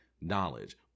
knowledge